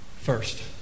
first